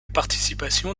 participation